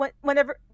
whenever